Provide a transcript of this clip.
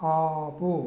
ఆపు